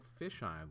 fisheye